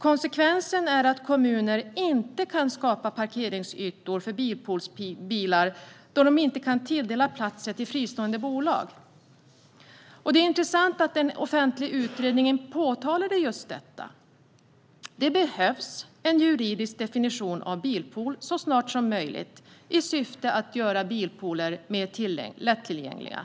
Konsekvensen är att kommuner inte kan skapa parkeringsytor för bilpoolsbilar, då de inte kan tilldela fristående bolag platser. Det är intressant att en offentlig utredning påpekade just detta. Det behövs en juridisk definition av begreppet bilpool så snart som möjligt, i syfte att göra bilpooler mer lättillgängliga.